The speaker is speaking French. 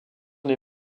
des